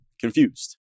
Confused